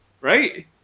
Right